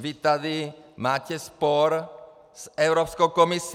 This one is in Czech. Vy tady máte spor s Evropskou komisí.